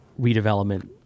redevelopment